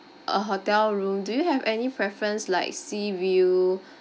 a hotel room do you have any preference like sea view